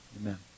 Amen